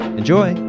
enjoy